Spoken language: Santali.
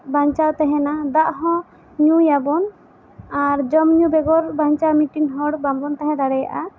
ᱵᱟᱧᱪᱟᱣ ᱛᱟᱦᱮᱱᱟ ᱫᱟᱜ ᱦᱚᱸ ᱧᱩᱭᱟᱵᱚᱱ ᱟᱨ ᱡᱚᱢ ᱧᱩ ᱵᱮᱜᱚᱨ ᱵᱟᱱᱪᱟᱣ ᱢᱤᱫ ᱴᱤᱱ ᱦᱚᱲ ᱵᱟᱵᱚᱱ ᱛᱟᱦᱮᱸ ᱫᱟᱲᱮᱭᱟᱜᱼᱟ